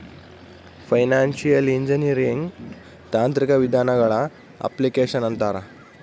financial engineering ತಾಂತ್ರಿಕ ವಿಧಾನಗಳ application ಅಂತಾರ